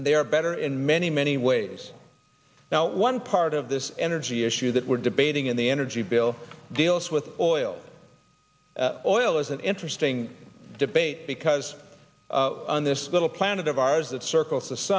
and they are better in many many ways now one part of this energy issue that we're debating in the energy bill deals with oil oil is an interesting debate because on this little planet of ours that circ